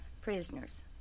prisoners